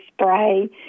Spray